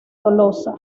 tolosa